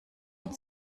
und